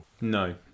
No